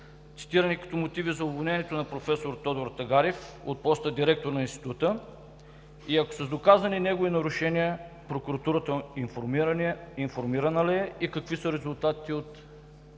цитирани като мотиви за уволнението на професор Тодор Тагарев от поста директор на Института и ако са доказани негови нарушения прокуратурата информирана ли е и какви са резултатите